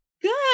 Good